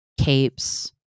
capes